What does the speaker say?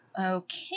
okay